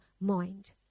mind